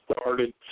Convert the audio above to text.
started